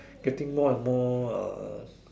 getting more and more uh